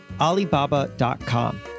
Alibaba.com